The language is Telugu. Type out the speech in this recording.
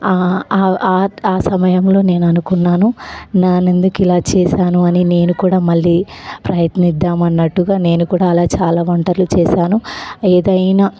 ఆ ఆ సమయంలో నేను అనుకున్నాను నేను ఎందుకు ఇలా చేశాను అని నేను కూడా మళ్ళీ ప్రయత్నిదాం అన్నట్టుగా నేను కూడా అలా చాల వంటలు చేశాను ఏదైనా